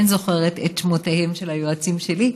אבל אני כן זוכרת את שמותיהם של היועצים שלי.